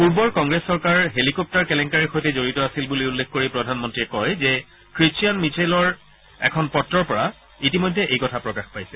পূৰ্বৰ কংগ্ৰেছ চৰকাৰ হেলিকপ্তাৰ কেলেংকাৰিৰ সৈতে জড়িত আছিল বুলি উল্লেখ কৰি প্ৰধানমন্ত্ৰীয়ে কয় যে খ্ৰীষ্টিয়ান মিছেলৰ এখন পত্ৰৰ পৰা ইতিমধ্যে এই কথা প্ৰকাশ পাইছে